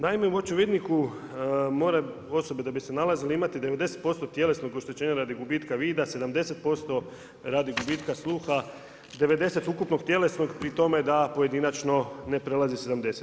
Naime, u očevidniku, mora osobe da bi se nalazile, imati 90% tjelesnog oštećenja radi gubitka vida, 70% radi gubitka sluha, 90 ukupnog tjelesnog, pri tome da pojedinačno ne prelazi 70.